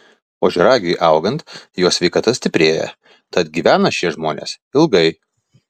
ožiaragiui augant jo sveikata stiprėja tad gyvena šie žmonės ilgai